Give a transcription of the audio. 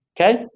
Okay